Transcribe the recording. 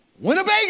Winnebago